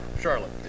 Charlotte